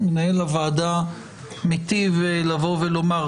מנהל הוועדה מטיב לבוא ולומר.